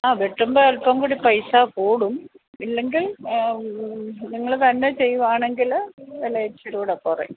ആ വെട്ടുമ്പം അൽപ്പം കൂടി പൈസ കൂടും ഇല്ലെങ്കിൽ നിങ്ങള് തന്നെ ചെയ്യുവാണെങ്കില് വില ഇചിരിയും കൂടെ കുറയും